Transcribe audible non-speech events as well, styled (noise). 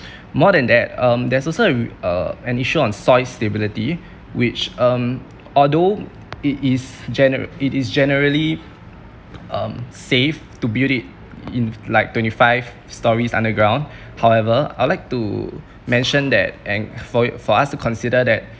(breath) more than that um there is also uh an issue on soil stability (breath) which um although it is general~ it is um generally um safe to build it in like twenty five storeys underground (breath) however I'd like to mention that and for for us to consider that